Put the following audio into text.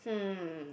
hmm